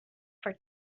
for